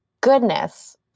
goodness